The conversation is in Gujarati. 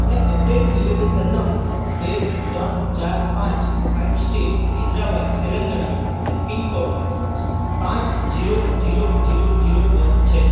અને અપડેટેડ ડિલિવરી સરનામું બે ત્રણ ચાર પાંચ પાઇન સ્ટ્રીટ હૈદરાબાદ તેલંગાણા અને પિનકોડ પાંચ ઝીરો ઝીરો ઝીરો ઝીરો એક છે